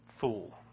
fool